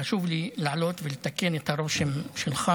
חשוב לי לעלות ולתקן את הרושם שלך.